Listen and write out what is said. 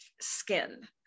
skin